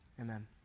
amen